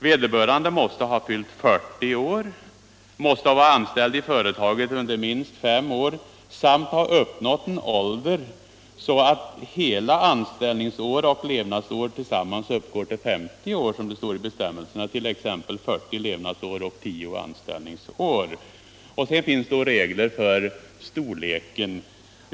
Vederbörande måste då ha fyllt 40 år och måste ha varit anställd i företaget under minst fem år samt ha uppnått en sådan ålder att anställningsår och levnadsår tillsammans uppgår till 50 år. som det står i bestämmelserna, t.ex. 40 levnadsår och 10 anställningsår. Sedan finns det regler för storleken på avgångsbidraget.